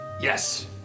Yes